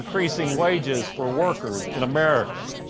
increasing wages for workers in america,